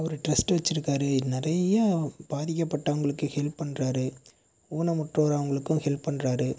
அவர் trust வச்சுருக்காரு நிறைய பாதிக்கபட்டவங்களுக்கு ஹெல்ப் பண்றார் ஊனமுற்றோர் அவங்களுக்கும் ஹெல்ப் பண்றார்